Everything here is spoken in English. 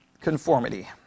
Conformity